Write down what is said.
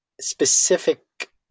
specific